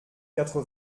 quatre